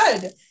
good